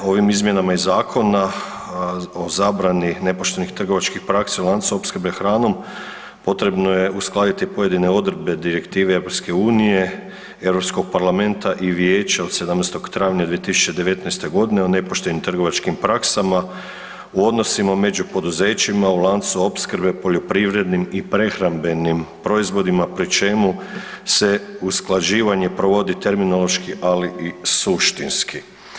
Ovim izmjenama i zakona o zabrani nepoštenih trgovačkih praksi u lancu opskrbe hranom potrebno je uskladiti pojedine odredbe Direktive EU, EU Parlamenta i Vijeća od 17. travnja 2019. g. o nepoštenim trgovačkim praksama i odnosima među poduzećima, u lancu opskrbe, poljoprivrednim i prehrambenim proizvodima pri čemu se usklađivanje provodi terminološki, ali i suštinski.